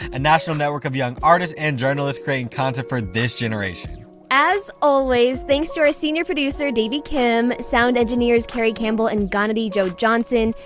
and national network of young artists and journalists creating content for this generation as always, thanks to our senior producer davey kim, sound engineers cari campbell and galnadgee joe-johnson,